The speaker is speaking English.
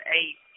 eight